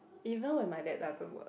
even when my dad doesn't work